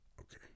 okay